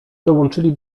dołączyli